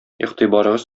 игътибарыгыз